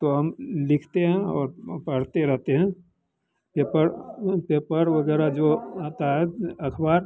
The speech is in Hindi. तो हम लिखते हैं और पढ़ते रहते हैं पेपर पेपर वगैरह जो आता है अखबार